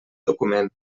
document